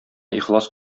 ихлас